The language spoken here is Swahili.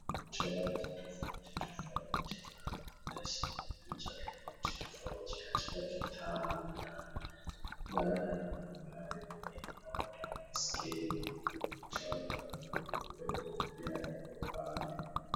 Michoro tofauti tofauti zinazoonyesha picha tofauti tofauti katika kitabu ya gari na magari zingine na hata baiskeli. Mchoro gari ya upepo pia iko pale.